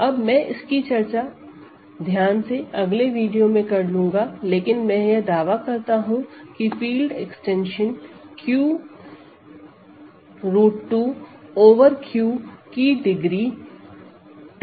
अब मैं इसकी चर्चा ध्यान से अगले वीडियो में कर लूँगा लेकिन मैं यह दावा करता हूं की field extension Q√ 2 over Q की डिग्री 2 है